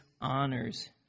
honors